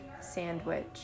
sandwich